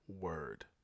word